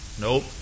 Nope